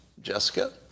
Jessica